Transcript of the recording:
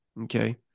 okay